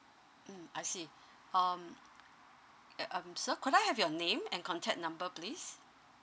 mm I see um eh um sir could I have your name and contact number please